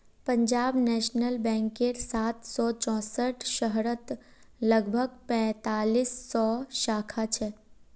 Punjab national बैंकेर सात सौ चौसठ शहरत लगभग पैंतालीस सौ शाखा छेक